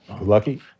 Lucky